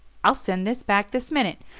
i'll send this back this minute.